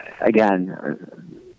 again